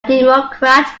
democrat